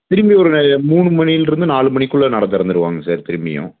திரும்பி ஒரு மூணு மணியிலருந்து நாலு மணிக்குள்ளே நடை திறந்துருவாங்க சார் திரும்பியும்